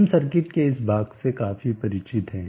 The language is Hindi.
हम सर्किट के इस भाग से काफी परिचित हैं